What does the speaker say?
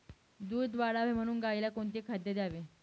दूध वाढावे म्हणून गाईला कोणते खाद्य द्यावे?